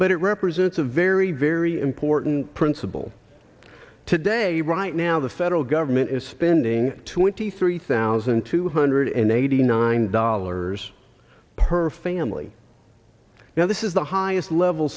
but it represents a very very important principle today right now the federal government is spending twenty three thousand two hundred and eighty nine dollars per family now this is the highest level